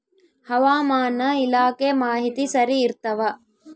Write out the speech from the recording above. ಹವಾಮಾನ ಇಲಾಖೆ ಮಾಹಿತಿ ಸರಿ ಇರ್ತವ?